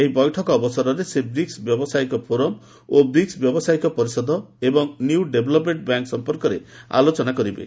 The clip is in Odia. ଏହି ବୈଠକ ଅବସରରେ ସେ ବ୍ରିକ୍ସ ବ୍ୟବସାୟିକ ଫୋରମ ଏବଂ ବ୍ରିକ୍ସ ବ୍ୟବସାୟିକ ପରିଷଦ ଏବଂ ନ୍ୟୁ ଡେଭଲପମେଣ୍ଟ ବ୍ୟାଙ୍କ୍ ସମ୍ପର୍କରେ ଆଲୋଚନା କରିବେ